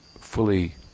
fully